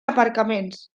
aparcaments